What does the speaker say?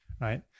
Right